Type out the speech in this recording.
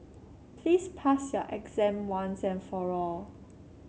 please pass your exam once and for all